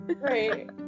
Right